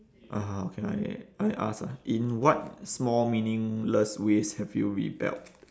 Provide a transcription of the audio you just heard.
uh okay I I ask ah in what small meaningless ways have you rebelled